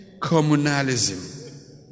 communalism